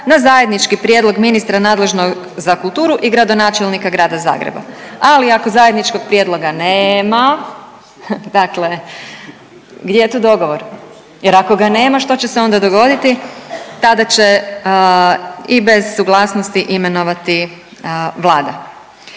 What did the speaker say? na zajednički prijedlog ministra nadležnog za kulturu i gradonačelnika grada Zagreba“, ali ako zajedničkog prijedloga nema dakle gdje je tu dogovor jer ako ga nema što će se dogoditi? Tada će i bez suglasnosti imenovati Vlada.